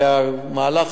והמהלך